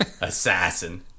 Assassin